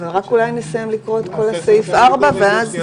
"(ד)